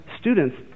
students